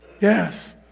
yes